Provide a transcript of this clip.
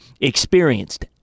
Experienced